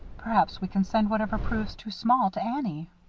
perhaps we can send whatever proves too small to annie.